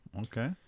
Okay